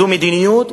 זו מדיניות,